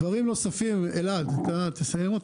דברים נוספים, אלעד, אתה תסיים.